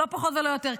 לא פחות ולא יותר,